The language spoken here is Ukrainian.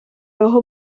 його